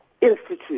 institute